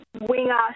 winger